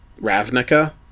Ravnica